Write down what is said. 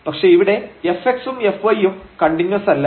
പക്ഷേ ഇവിടെ fx ഉം fy യും കണ്ടിന്യൂസ് അല്ല